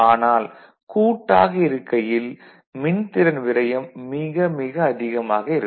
ஆனால் கூட்டாக இருக்கையில் மின்திறன் விரயம் மிக மிக அதிகமாக இருக்கும்